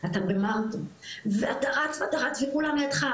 אתה במרתון ואתה רץ וכולם לידך,